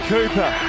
Cooper